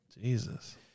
Jesus